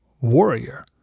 warrior